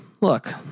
Look